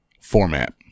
format